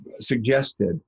suggested